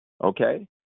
okay